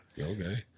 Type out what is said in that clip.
Okay